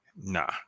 nah